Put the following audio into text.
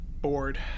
Bored